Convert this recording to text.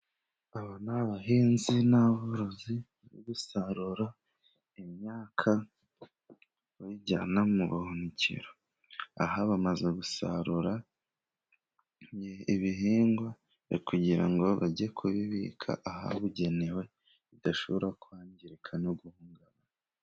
Aba ni abahinzi n'aborozi bari gusarura imyaka bayijyana mu buhunikiro, aha bamaze gusarura ibihingwa, bari kugira ngo bajye kubibika ahabugenewe bidashobora kwangirika no guhungabana.